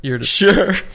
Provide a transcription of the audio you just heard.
Sure